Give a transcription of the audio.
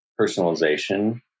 personalization